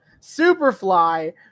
Superfly